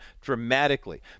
dramatically